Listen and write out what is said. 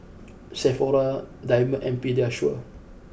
Sephora Diamond and Pediasure